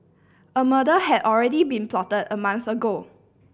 a murder had already been plotted a month ago